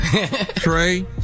Trey